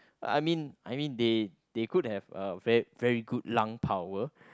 I mean I mean they they could have uh ver~ very good lung power